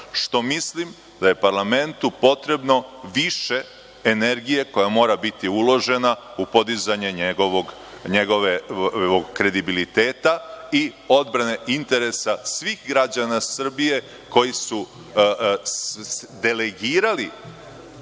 što mislim da je parlamentu potrebno više energije koja mora biti uložena u podizanje njegovog kredibiliteta i odbrane interesa svih građana Srbije koji su delegirali